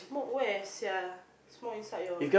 smoke where sia smoke inside your